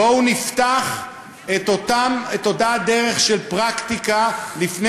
בואו נפתח את אותה דרך של פרקטיקה לפני